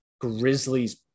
Grizzlies